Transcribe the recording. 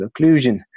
occlusion